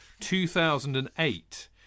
2008